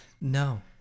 No